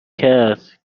کرد